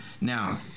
Now